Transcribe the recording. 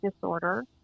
disorder